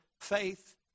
faith